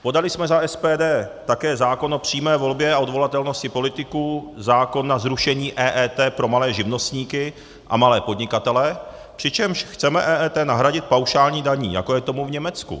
Podali jsme za SPD také zákon o přímé volbě a odvolatelnosti politiků, zákon na zrušení EET pro malé živnostníky a malé podnikatele, přičemž chceme EET nahradit paušální daní, jako je tomu v Německu.